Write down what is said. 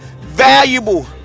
valuable